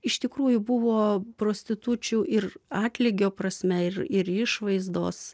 iš tikrųjų buvo prostitučių ir atlygio prasme ir ir išvaizdos